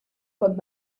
kont